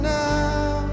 now